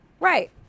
Right